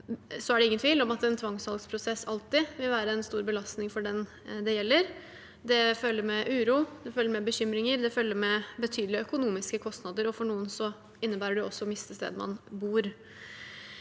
er det ingen tvil om at en tvangssalgsprosess alltid vil være en stor belastning for den det gjelder. Det følger med uro, det følger med bekymringer, det følger med betydelige økonomiske kostnader, og for noen innebærer det også å miste stedet man bor.